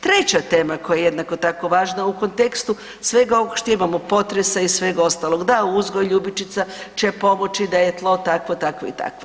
Treća tema koja je jednako tako važna u kontekstu svega što imamo potresa i svega ostalog, da u uzgoju ljubičica će pomoći da je tlo takvo, takvo i takvo.